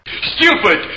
Stupid